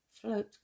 float